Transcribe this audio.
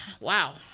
wow